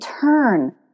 turn